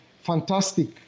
fantastic